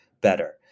better